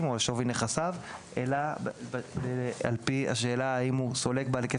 או שווי נכסיו אלא על פי השאלה האם הוא סולק בעל היקף